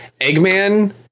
Eggman